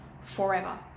forever